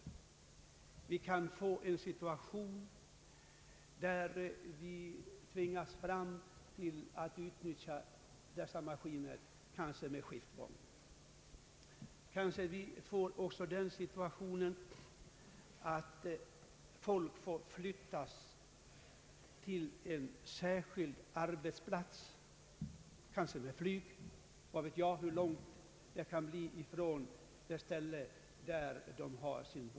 Man riskerar då att försättas i den situationen att man måste utnyttja dessa maskiner i skiftgång. Skogsarbetarna kanske måste transporteras långa sträckor från bostadsorten till avlägsna arbetsplatser, kanske med flyg eller bo i förläggning.